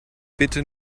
bitte